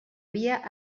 via